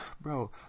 bro